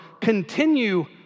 continue